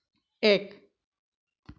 এক